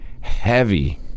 heavy